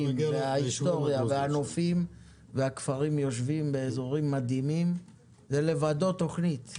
ההיסטוריה והנופים והכפרים שיושבים באזורים מדהימים זה תכנית בפני עצמה.